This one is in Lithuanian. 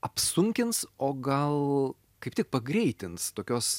apsunkins o gal kaip tik pagreitins tokios